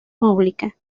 pública